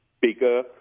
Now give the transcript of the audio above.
bigger